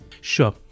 Sure